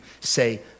say